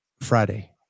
friday